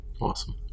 awesome